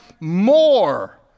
more